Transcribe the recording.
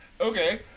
Okay